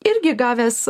irgi gavęs